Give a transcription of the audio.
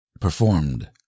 Performed